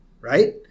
right